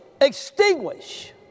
extinguish